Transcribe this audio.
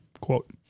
quote